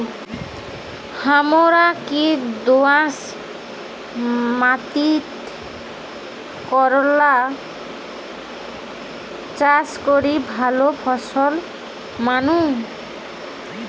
হামরা কি দোয়াস মাতিট করলা চাষ করি ভালো ফলন পামু?